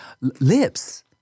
Lips